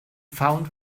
found